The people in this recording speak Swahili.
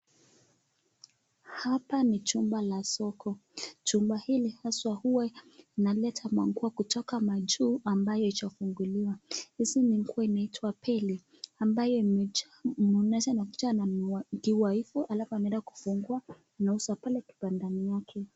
Hapa ni jumba la soko. Jumba hili haswa huwa inaleta manguo kutoka majuu ambayo haijafunguliwa. Hizi ni nguo inaitwa beli ambayo imejaa ikiwa hivo halafu anaenda kufungua anauza pale kibandani mwake.